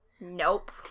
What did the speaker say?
Nope